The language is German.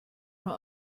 nur